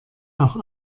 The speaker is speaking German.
auch